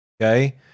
Okay